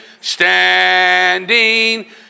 standing